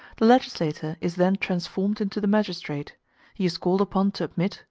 the legislator is then transformed into the magistrate he is called upon to admit,